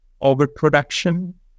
overproduction